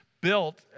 built